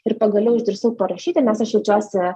ir pagaliau išdrįsau parašyti nes aš jaučiuosi